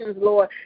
Lord